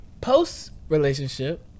Post-relationship